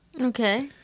okay